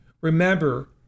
Remember